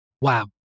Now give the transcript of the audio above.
Wow